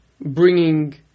bringing